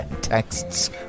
Texts